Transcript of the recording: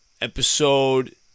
episode